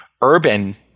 urban